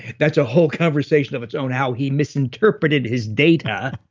that's a whole conversation of its own how he misinterpreted his data,